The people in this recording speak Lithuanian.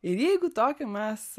ir jeigu tokį mes